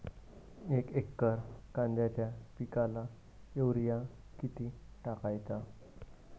एक एकर कांद्याच्या पिकाला युरिया किती टाकायचा?